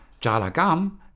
Jalagam